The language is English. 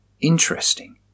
Interesting